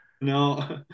no